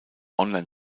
online